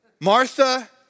Martha